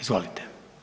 Izvolite.